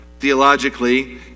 theologically